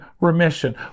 remission